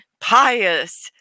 pious